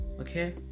okay